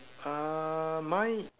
uh mine